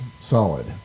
solid